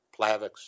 Plavix